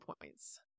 points